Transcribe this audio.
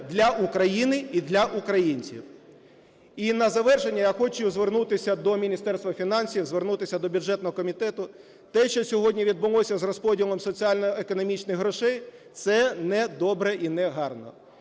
для України і для українців. І на завершення я хочу звернутися до Міністерства фінансів, звернутися до бюджетного комітету: те, що сьогодні відбулося з розподілом соціально-економічних грошей, це недобре і негарно.